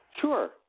Sure